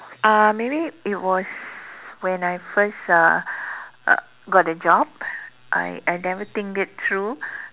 uh maybe it was when I first uh got a job I I never think it through